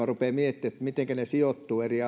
rupeavat miettimään mitenkä ne sijoittuvat eri